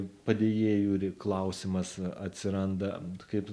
padėjėjų irgi klausimas atsiranda kaip